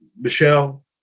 Michelle